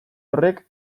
horrek